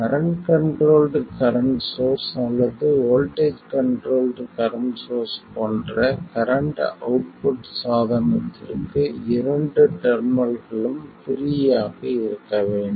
current controlled current source அல்லது voltage controlled current source போன்ற current output சாதனத்திற்கு இரண்டு டெர்மினல்களும் ப்ரீ ஆக இருக்க வேண்டும்